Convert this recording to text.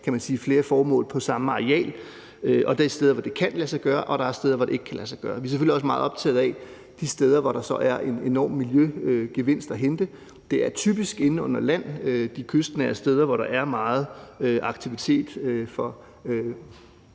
flere formål på samme areal. Der er steder, hvor det kan lade sig gøre, og der er steder, hvor det ikke kan lade sig gøre. Vi er selvfølgelig også meget optaget af de steder, hvor der så er en enorm miljøgevinst at hente. Det er typisk inde under land, altså de kystnære steder, hvor der er meget aktivitet med